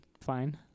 fine